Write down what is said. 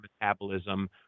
metabolism